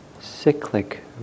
cyclic